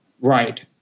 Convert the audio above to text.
Right